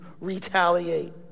retaliate